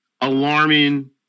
alarming